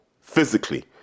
physically